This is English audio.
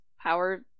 power